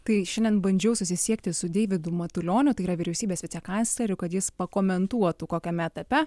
tai šiandien bandžiau susisiekti su deividu matulioniu tai yra vyriausybės vicekancleriu kad jis pakomentuotų kokiame etape